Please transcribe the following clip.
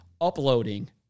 uploading